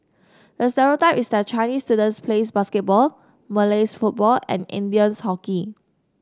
the stereotype is that Chinese students play basketball Malays football and Indians hockey